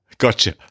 Gotcha